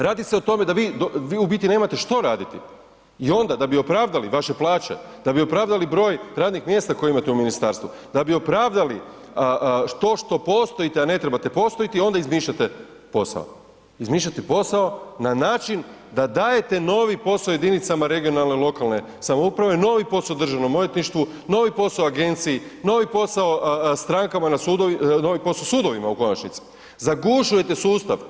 Radi se o tome da vi, vi u biti nemate što raditi i onda da bi opravdali vaše plaće, da bi opravdali broj radnih mjesta koje imate u ministarstvu, da bi opravdali to što postojite, a ne trebate postojati, onda izmišljati posao, izmišljate posao na način da dajete novi posao jedinicama regionalne i lokalne samouprave, novi posao državnom odvjetništvu, novi posao agenciji, novi posao strankama na sudovima, novi posao sudovima u konačnici, zagušujete sustav.